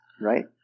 Right